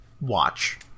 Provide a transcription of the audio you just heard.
watch